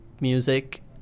music